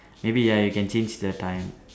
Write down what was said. maybe ya you can change the time